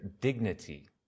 dignity